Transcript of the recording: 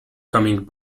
coming